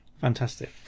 Fantastic